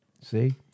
see